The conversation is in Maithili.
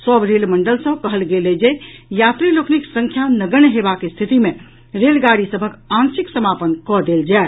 सभ रेल मंडल सँ कहल जे अछि जे यात्री लोकनिक संख्या नगण्य होयबाक स्थिति मे रेल गाड़ी सभक आंशिक समापन कऽ देल जाय